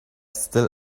still